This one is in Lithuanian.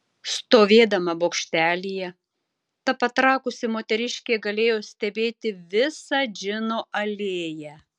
stovėdama bokštelyje ta patrakusi moteriškė galėjo stebėti visą džino alėją